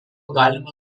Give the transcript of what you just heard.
galima